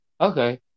okay